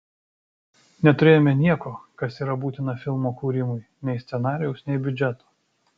neturėjome nieko kas yra būtina filmo kūrimui nei scenarijaus nei biudžeto